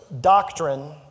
doctrine